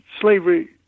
slavery